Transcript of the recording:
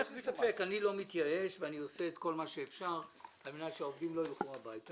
אני לא מתייאש ואני עושה את כל מה שאפשר על מנת שהעובדים לא ילכו הביתה.